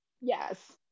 Yes